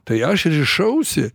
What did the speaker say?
tai aš rišausi